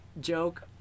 joke